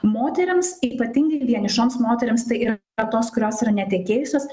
moterims ypatingai vienišoms moterims tai y tos kurios yra netekėjusios